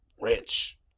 rich